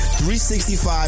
365